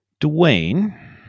Dwayne